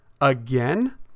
again